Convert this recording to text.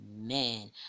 Amen